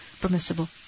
permissible